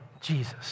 Jesus